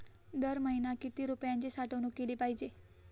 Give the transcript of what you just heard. दर महिना किती रुपयांची गुंतवणूक केली पाहिजे?